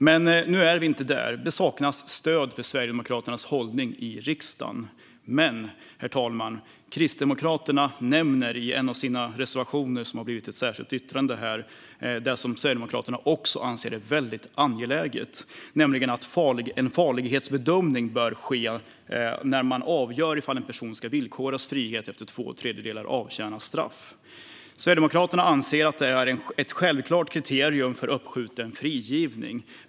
Men nu är vi inte där; det saknas stöd i riksdagen för Sverigedemokraternas hållning. Men, herr talman, Kristdemokraterna nämner i en av sina reservationer, som har blivit ett särskilt yttrande, det som Sverigedemokraterna också anser är väldigt angeläget, nämligen att en farlighetsbedömning bör ske när man avgör om en person ska friges villkorligt efter att ha avtjänat två tredjedelar av sitt straff. Sverigedemokraterna anser att detta är ett självklart kriterium för uppskjuten frigivning.